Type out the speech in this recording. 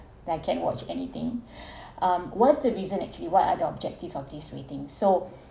that I can watch anything um what's the reason actually what other objectives of this meeting so